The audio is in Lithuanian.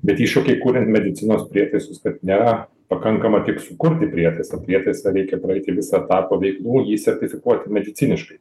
bet iššūkiai kuriant medicinos prietaisus kad nėra pakankama tik sukurti prietaisą prietaisą reikia praeiti visą etapą veiklų jį sertifikuoti mediciniškai